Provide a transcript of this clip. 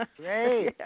Great